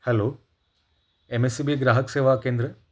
hello M S C B ग्राहक सेवा केंद्र